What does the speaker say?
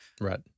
right